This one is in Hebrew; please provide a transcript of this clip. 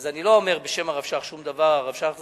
אני לא אומר שום דבר בשם הרב שך זצ"ל,